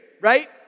right